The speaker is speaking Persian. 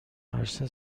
ارشد